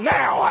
now